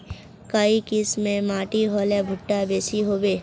काई किसम माटी होले भुट्टा बेसी होबे?